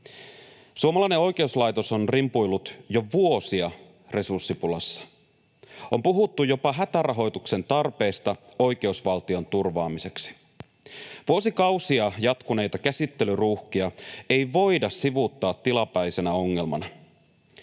Suomalainen oikeuslaitos on rimpuillut jo vuosia resurssipulassa. On puhuttu jopa hätärahoituksen tarpeesta oikeusvaltion turvaamiseksi. Vuosikausia jatkuneita käsittelyruuhkia ei voida sivuuttaa tilapäisenä ongelmana.